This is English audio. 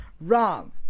Wrong